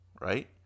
right